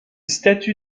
statue